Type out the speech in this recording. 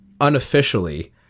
unofficially